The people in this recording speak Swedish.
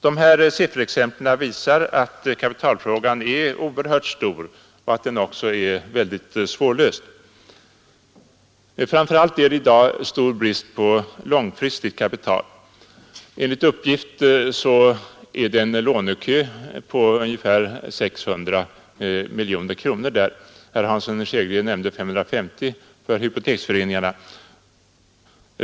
Dessa sifferexempel visar att kapitalfrågan är oerhört stor och svårlöst. Framför allt är det i dag stor brist på långfristigt kapital. Enligt uppgift motsvarar lånekön där ungefär 600 miljoner kronor; herr Hansson i Skegrie nämnde 550 miljoner för hypoteksföreningarna.